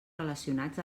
relacionats